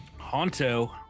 Honto